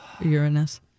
Uranus